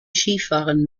skifahren